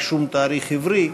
רישום תאריך עברי,